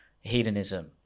hedonism